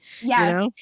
Yes